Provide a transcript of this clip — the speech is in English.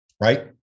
right